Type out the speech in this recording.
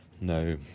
No